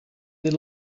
they